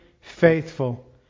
faithful